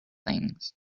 things